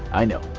i know,